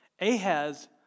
Ahaz